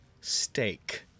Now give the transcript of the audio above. steak